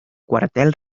cuartel